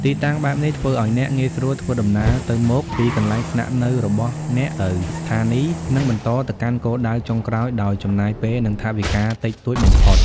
ទីតាំងបែបនេះធ្វើឱ្យអ្នកងាយស្រួលធ្វើដំណើរទៅមកពីកន្លែងស្នាក់នៅរបស់អ្នកទៅស្ថានីយ៍ និងបន្តទៅកាន់គោលដៅចុងក្រោយដោយចំណាយពេល និងថវិកាតិចតួចបំផុត។